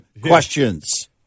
questions